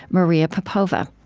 maria popova.